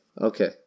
Okay